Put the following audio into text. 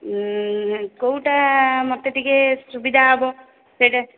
କୋଉଟା ମୋତେ ଟିକେ ସୁବିଧା ହେବ ସେଇଟା